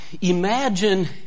Imagine